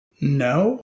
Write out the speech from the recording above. No